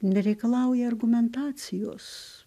nereikalauja argumentacijos